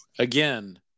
Again